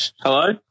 Hello